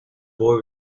boy